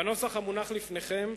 בנוסח המונח לפניכם,